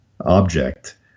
object